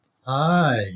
Hi